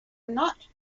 not